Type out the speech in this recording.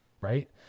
Right